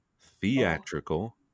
theatrical